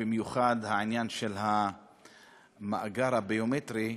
במיוחד העניין של המאגר הביומטרי,